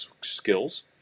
skills